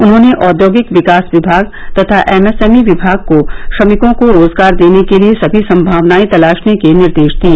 उन्होंने औद्योगिक विकास विभाग तथा एमएसएमई विभाग को श्रमिकों को रोजगार देने के लिए समी संभावनाएं तलाशने के निर्देश दिए